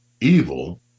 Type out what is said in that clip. evil